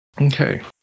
Okay